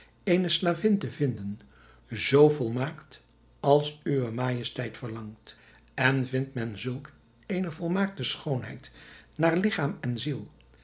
eene slavin te vinden zoo volmaakt als uwe majesteit verlangt en vindt men zulk eene volmaakte schoonheid naar ligchaam en ziel